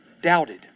doubted